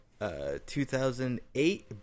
2008